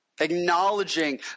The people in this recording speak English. acknowledging